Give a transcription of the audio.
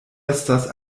estas